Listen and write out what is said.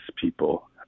people